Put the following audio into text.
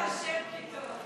הודו לה' כי טוב.